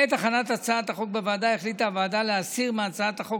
בעת הכנת הצעת החוק בוועדה החליטה הוועדה להסיר מהצעת החוק